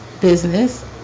business